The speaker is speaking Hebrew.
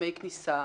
חסמי כניסה,